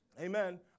Amen